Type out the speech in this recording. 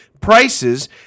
prices